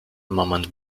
moment